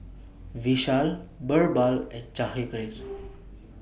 Vishal Birbal and Jahangir